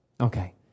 Okay